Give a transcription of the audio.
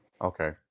Okay